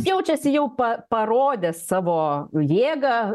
jaučiasi jau pa parodė savo jėgą